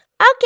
Okay